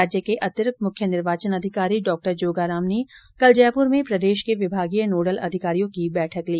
राज्य के अतिरिक्त मुख्य निर्वाचन अधिकारी डॉ जोगाराम ने कल जयपुर में प्रदेश के विभागीय नोडल अधिकारियों की बैठक ली